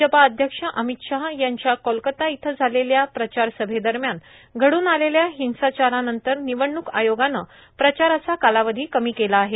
भाजपा अध्यक्ष अमित शाह यांच्या कोलकता इथं झालेल्या प्रचार सभेदरम्यान घडून आलेल्या हिंसाचारानंतर निवडणूक आयोगानं प्रचाराचा कालावधी कमी केला आहे